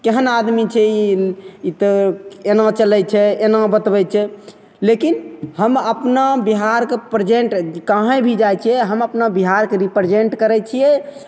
केहन आदमी छै ई ई तऽ एना चलै छै एना बतबै छै लेकिन हम अपना बिहारके प्रजेन्ट कहीँ भी जाइ छिए हम अपना बिहारके रिप्रजेन्ट करै छिए